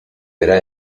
verá